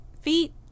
feet